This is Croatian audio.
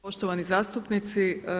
Poštovani zastupnici.